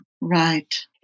Right